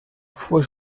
fue